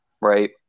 right